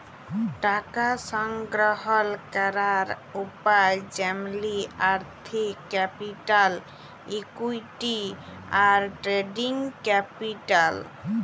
টাকা সংগ্রহল ক্যরের উপায় যেমলি আর্থিক ক্যাপিটাল, ইকুইটি, আর ট্রেডিং ক্যাপিটাল